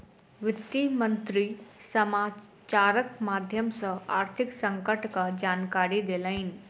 वित्त मंत्री समाचारक माध्यम सॅ आर्थिक संकटक जानकारी देलैन